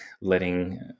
letting